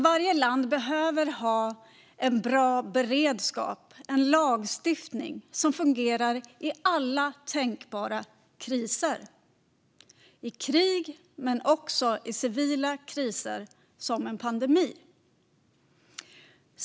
Varje land behöver ha en bra beredskap och en lagstiftning som fungerar vid alla tänkbara kriser, i krig men också i civila kriser som en pandemi.